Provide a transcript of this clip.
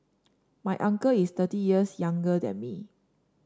my uncle is thirty years younger than me